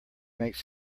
makes